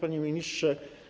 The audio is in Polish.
Panie Ministrze!